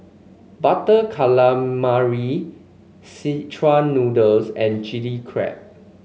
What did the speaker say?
Butter Calamari Szechuan Noodles and Chilli Crab